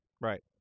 Right